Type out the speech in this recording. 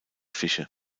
fische